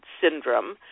syndrome